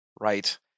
Right